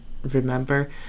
remember